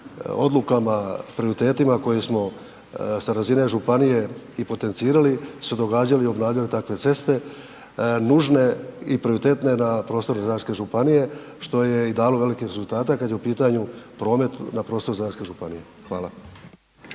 odlukama, prioritetima koje smo sa razine županije i potencirali su se događale i obnavljale takve ceste nužne i prioritetne na prostoru Zadarske županije što je i dalo velike rezultate kad je u pitanju promet na prostoru zadarske županije, hvala.